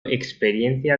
experiencia